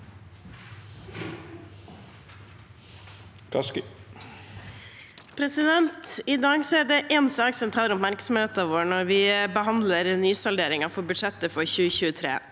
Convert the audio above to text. I dag er det én sak som tar oppmerksomheten vår når vi behandler nysalderingen av budsjettet for 2023,